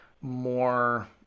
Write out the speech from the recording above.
more